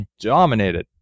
dominated